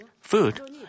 food